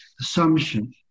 assumption